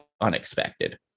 unexpected